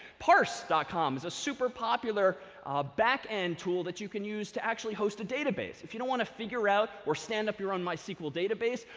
parse dot com is a super popular back-end tool that you can use to actually host a database. if you don't want to figure out, or stand up your own mysql database,